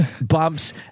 bumps